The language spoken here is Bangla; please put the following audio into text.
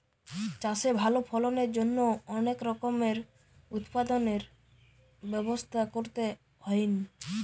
চাষে ভালো ফলনের জন্য অনেক রকমের উৎপাদনের ব্যবস্থা করতে হইন